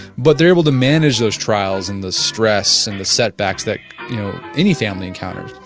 but they are able to manage those trials and the stress and the setbacks that any family encountered.